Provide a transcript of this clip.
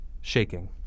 shaking